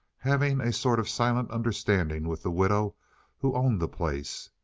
having a sort of silent understanding with the widow who owned the place.